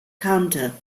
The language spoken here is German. kante